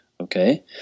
Okay